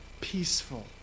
peaceful